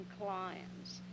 clients